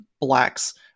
blacks